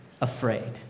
afraid